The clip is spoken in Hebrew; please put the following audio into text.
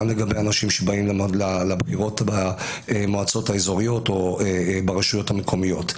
גם לגבי אנשים שבאים לבחירות במועצות האזוריות או ברשויות המקומיות.